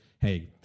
hey